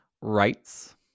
rights